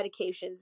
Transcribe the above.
medications